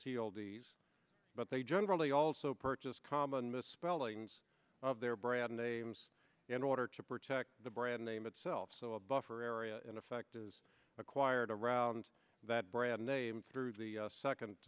tea oldies but they generally also purchase common misspellings of their brand names in order to protect the brand name itself so a buffer area in effect is acquired around that brand name through the second